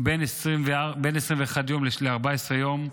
בין 21 יום ל-14 יום,